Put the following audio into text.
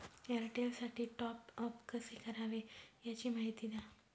एअरटेलसाठी टॉपअप कसे करावे? याची माहिती द्या